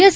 S